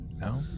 no